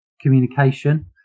communication